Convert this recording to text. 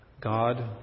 God